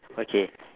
okay